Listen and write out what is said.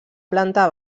planta